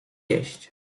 jeść